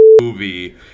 movie